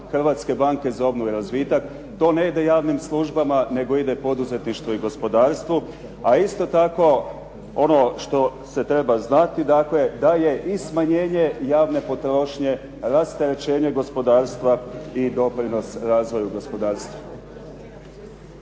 Hrvatske banke za obnovu i razvitak. To ne ide javnim službama, nego ide poduzetništvu i gospodarstvu. A isto tako, ono što se treba znati dakle da je i smanjenje javne potrošnje, rasterećenje gospodarstva i doprinos razvoju gospodarstva.